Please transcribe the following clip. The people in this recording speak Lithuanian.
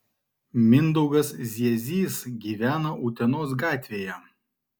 mindaugas ziezys gyvena utenos gatvėje